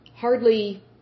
hardly